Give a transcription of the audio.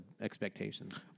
expectations